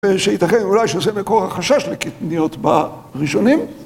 שייתכן אולי שזה מקור החשש לקטניות בראשונים.